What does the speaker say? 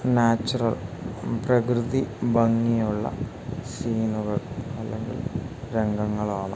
natural പ്രകൃതി ഭംഗിയുള്ള സീനുകൾ അല്ലെങ്കിൽ രംഗങ്ങളാണ്